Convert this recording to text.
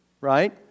right